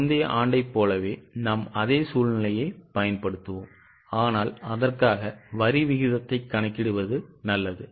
முந்தைய ஆண்டைப் போலவே நாம் அதே சூழ்நிலையைப் பயன்படுத்துவோம் ஆனால் அதற்காக வரி விகிதத்தைக் கணக்கிடுவது நல்லது